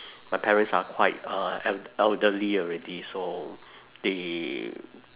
my parents are quite uh el~ elderly already so they